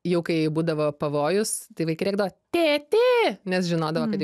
jau kai būdavo pavojus tai vaikai rėkdavo tėti nes žinodavo kad